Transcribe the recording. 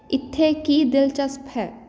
ਇੱਥੇ ਕੀ ਦਿਲਚਸਪ ਹੈ